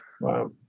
Wow